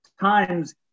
times